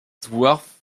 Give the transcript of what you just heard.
dwarf